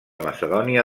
macedònia